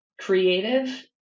creative